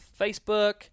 Facebook